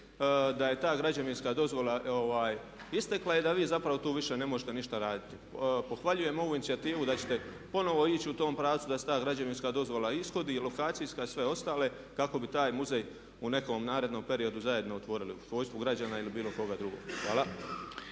da je ta građevinska dozvola istekla i da vi zapravo više tu ne možete ništa raditi. Pohvaljujem ovu inicijativu da ćete ponovo ići u tom pravcu da se ta građevinska dozvola ishodi i lokacijska i sve ostale kako bi taj muzej u nekom narednom periodu zajedno otvorili u svojstvu građana ili bilo koga drugoga. Hvala.